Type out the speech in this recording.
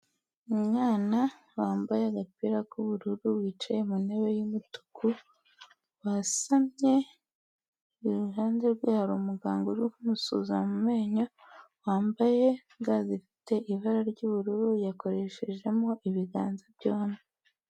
Umwana wambaye agapira k'ubururu wicaye mu ntebe y'umutuku wasamye, iruhande rwe hari umuganga uri kumusuzuma mu menyo wambaye ga zifite ibara ry'ubururu yakoreshejemo ibiganza byombi.